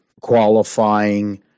qualifying